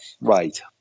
Right